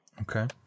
Okay